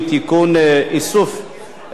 איסוף נתוני זיהוי),